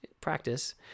practice